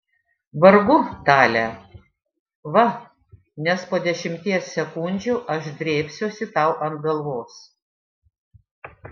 vargu tale va nes po dešimties sekundžių aš drėbsiuosi tau ant galvos